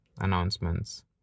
announcements